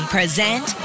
Present